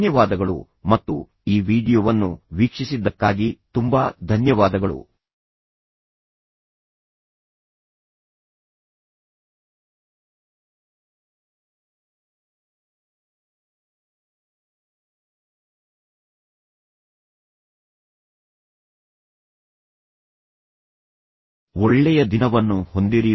ಧನ್ಯವಾದಗಳು ಮತ್ತು ಈ ವೀಡಿಯೊವನ್ನು ವೀಕ್ಷಿಸಿದ್ದಕ್ಕಾಗಿ ತುಂಬಾ ಧನ್ಯವಾದಗಳು ಒಳ್ಳೆಯ ದಿನವನ್ನು ಹೊಂದಿರಿ